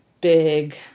big